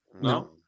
No